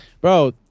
bro